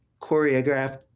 choreographed